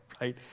right